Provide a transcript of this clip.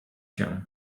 się